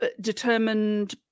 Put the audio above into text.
determined